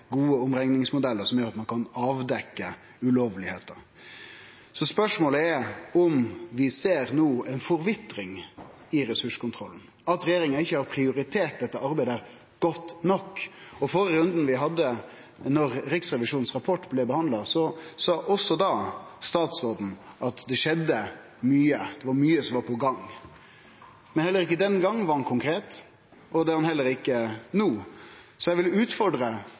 gode omrekningsmodellar, slik at ein kan avdekkje ulovlege forhold. Spørsmålet er om vi no ser ei forvitring i ressurskontrollen, at regjeringa ikkje har prioritert dette arbeidet godt nok. I førre runden vi hadde – da Riksrevisjonens rapport blei behandla – sa statsråden at det skjedde mykje, det var mykje som var på gang. Den gongen var han ikkje konkret, og det er han heller ikkje no. Så eg vil utfordre